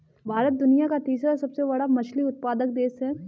भारत दुनिया का तीसरा सबसे बड़ा मछली उत्पादक देश है